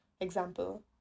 Example